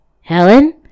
Helen